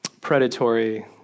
predatory